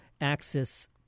access